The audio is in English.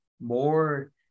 more